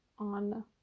on